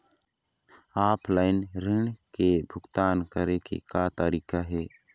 Offline ऋण के भुगतान करे के का तरीका हे?